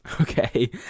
Okay